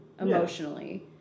emotionally